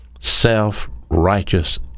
self-righteous